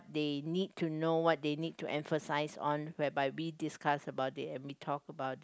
they need to know what they need to emphasize on whereby we discuss about it and we talk about it